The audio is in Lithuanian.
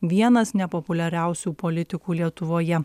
vienas nepopuliariausių politikų lietuvoje